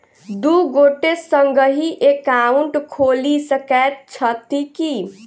दु गोटे संगहि एकाउन्ट खोलि सकैत छथि की?